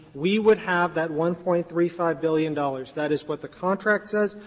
we would have that one point three five billion dollars. that is what the contract says,